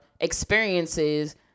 experiences